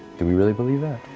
do we really believe that?